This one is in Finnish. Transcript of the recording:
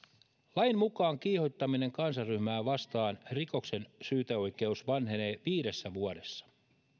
lain mukaan kiihottaminen kansanryhmää vastaan rikoksen syyteoikeus vanhenee viidessä vuodessa